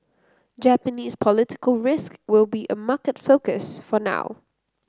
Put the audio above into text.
Japanese political risk will be a market focus for now